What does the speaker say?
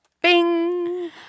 Bing